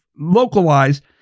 localized